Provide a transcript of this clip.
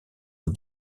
aux